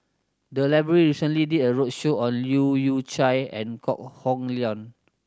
the library recently did a roadshow on Leu Yew Chye and Kok Hong Leun